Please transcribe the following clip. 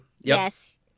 Yes